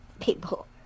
people